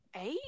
eight